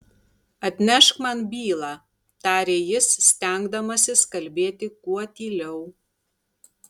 atnešk man bylą tarė jis stengdamasis kalbėti kuo tyliau